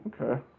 okay